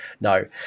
no